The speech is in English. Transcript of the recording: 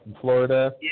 Florida